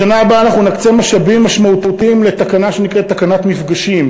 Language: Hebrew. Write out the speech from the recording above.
בשנה הבאה אנחנו נקצה משאבים משמעותיים לתקנה שנקראת תקנת מפגשים,